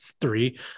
three